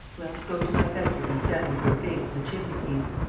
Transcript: well, go to my bedroom and stand with your face to the chimney-piece.